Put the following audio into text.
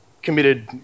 committed